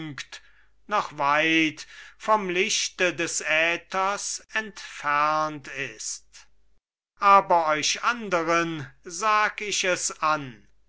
noch weit vom lichte des äthers entfernt ist aber euch anderen sag ich es an